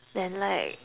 then like